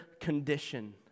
condition